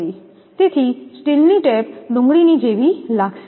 તેથી સ્ટીલની ટેપ ડુંગળી ની જેવી લાગશે